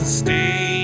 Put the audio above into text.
stay